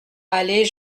aller